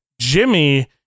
Jimmy